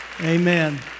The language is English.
Amen